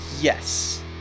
Yes